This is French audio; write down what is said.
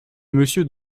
monsieur